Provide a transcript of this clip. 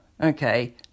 Okay